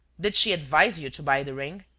did she advise you to buy the ring?